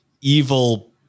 evil